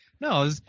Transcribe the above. No